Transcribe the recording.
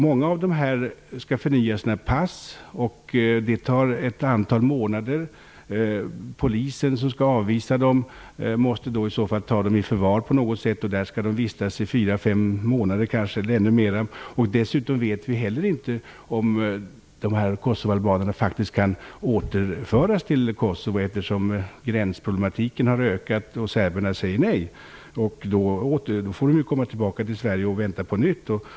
Många av dem skall förnya sina pass, och det tar ett antal månader. Polisen som skall avvisa dem måste i så fall ta dem i förvar på något sätt, där de skall vistas i fyra fem månader eller kanske ännu mer. Dessutom vet vi heller inte om dessa kosovoalbaner faktiskt kan återföras till Kosovo, eftersom gränsproblematiken har ökat och serberna säger nej. Då får de komma tillbaka till Sverige och vänta på nytt.